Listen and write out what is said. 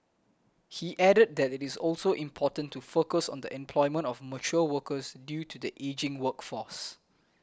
he added that it is also important to focus on the employment of mature workers due to the ageing workforce